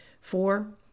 Four